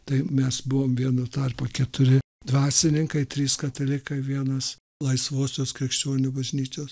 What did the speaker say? tai mes buvome vienu tarpu keturi dvasininkai trys katalikai vienas laisvosios krikščionių bažnyčios